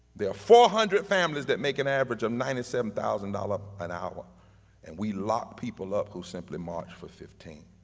there are four hundred families that make an average of ninety seven thousand dollars an hour and we lock people up who simply marched for fifteen.